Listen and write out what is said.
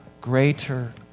greater